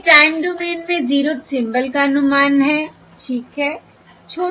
यह time domain में 0th symbol का अनुमान है ठीक है